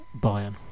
Bayern